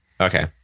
Okay